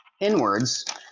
inwards